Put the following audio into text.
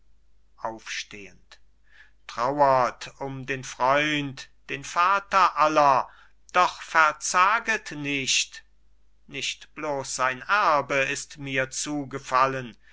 trauert um den freund den vater aller doch verzaget nicht nicht bloß sein erbe ist mir zugefallen